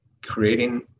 creating